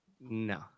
no